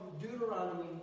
Deuteronomy